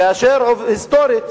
כאשר היסטורית,